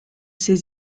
ses